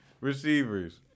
receivers